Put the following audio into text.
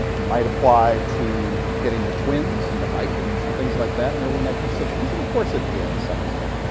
might apply to getting the twins and the vikings and things like that in the early nineteen sixty s and, of course, it did to some extent.